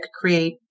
create